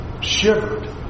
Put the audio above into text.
shivered